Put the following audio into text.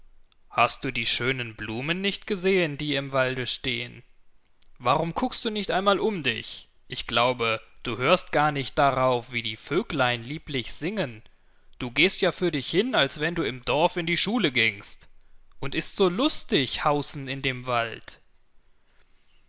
hast du die schönen blumen nicht gesehen die im walde stehen warum guckst du nicht einmal um dich ich glaube du hörst gar nicht darauf wie die vöglein lieblich singen du gehst ja für dich hin als wenn du im dorf in die schule gingst und ist so lustig haußen in dem wald